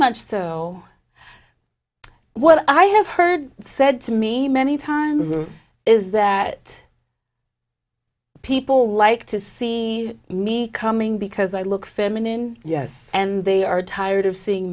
much so what i have heard said to me many times is that people like to see me coming because i look feminine yes and they are tired of seeing